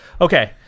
Okay